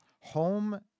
Home